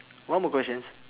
one more questions